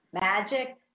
Magic